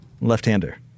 Left-hander